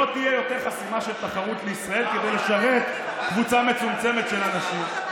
לא תהיה יותר חסימה של תחרת לישראל כדי לשרת קבוצה מצומצמת של אנשים.